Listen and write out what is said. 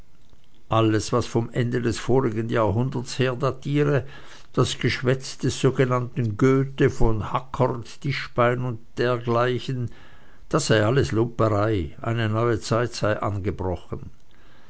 alles was vom ende des vorigen jahrhunderts her datiere das geschwätz des sogenannten goethe von hackert tischbein und dergleichen das sei alles lumperei eine neue zeit sei angebrochen